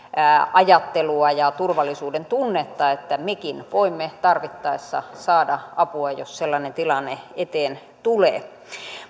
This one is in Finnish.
ajattelua ja turvallisuudentunnetta että mekin voimme tarvittaessa saada apua jos sellainen tilanne eteen tulee